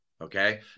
Okay